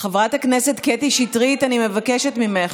חברת הכנסת קטי שטרית, אני מבקשת ממך.